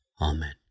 Amen